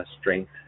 strength